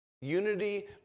Unity